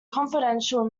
confidential